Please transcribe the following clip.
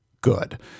Good